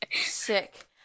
Sick